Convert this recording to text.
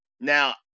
Now